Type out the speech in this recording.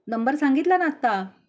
number सांगितला ना आत्ता